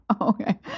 Okay